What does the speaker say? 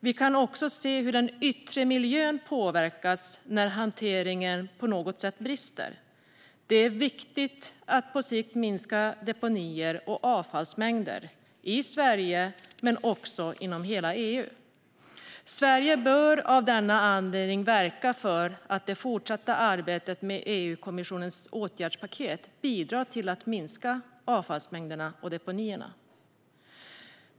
Vi kan också se hur den yttre miljön påverkas när hanteringen på något sätt brister. Det är viktigt att på sikt minska deponier och avfallsmängder, i Sverige men också inom hela EU. Sverige bör av denna anledning verka för att det fortsatta arbetet med EU-kommissionens åtgärdspaket bidrar till att minska avfallsmängderna och deponierna.